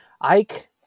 Ike